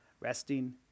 Resting